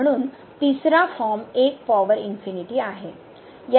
म्हणून तिसरा form 1 power आहे